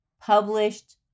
published